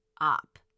up